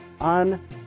on